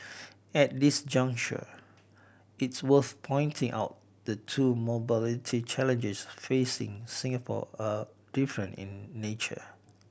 at this juncture it's worth pointing out the two mobility challenges facing Singapore are different in nature